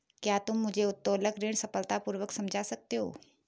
क्या तुम मुझे उत्तोलन ऋण सरलतापूर्वक समझा सकते हो?